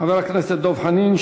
חבר הכנסת דב חנין,